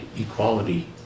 equality